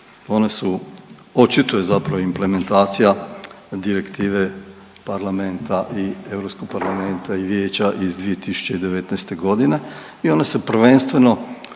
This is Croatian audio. one su, očito je zapravo implementacija direktive parlamenta i, Europskog parlamenta i vijeća iz 2019.g. i one se prvenstveno,